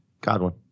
Godwin